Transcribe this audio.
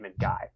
guy